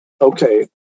okay